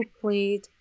played